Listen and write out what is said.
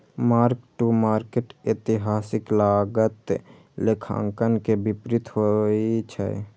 mark to market एतिहासिक लागत लेखांकन के विपरीत होइ छै